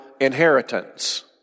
inheritance